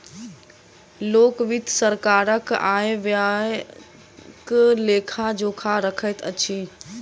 लोक वित्त सरकारक आय व्ययक लेखा जोखा रखैत अछि